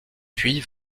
puis